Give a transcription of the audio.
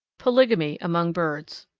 polygamy among birds.